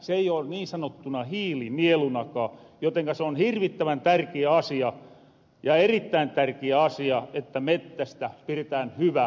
se ei ole niin sanottuna hiilinielunakaa jotenka se on hirvittävän tärkiä asia ja erittäin tärkiä asia että mettästä piretään hyvä huoli